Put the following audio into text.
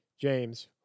James